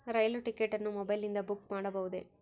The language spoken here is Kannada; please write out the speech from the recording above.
ರೈಲು ಟಿಕೆಟ್ ಅನ್ನು ಮೊಬೈಲಿಂದ ಬುಕ್ ಮಾಡಬಹುದೆ?